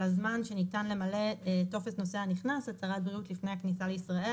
הוא מאפשר לנו לזהות בטווח של 24 שעות אנשים שהם חולים.